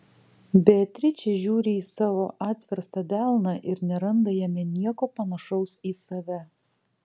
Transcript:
beatričė žiūri į savo atverstą delną ir neranda jame nieko panašaus į save